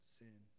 sin